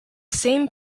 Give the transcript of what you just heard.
same